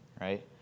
right